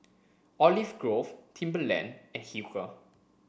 Olive Grove Timberland and Hilker